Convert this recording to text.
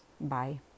Bye